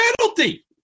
penalty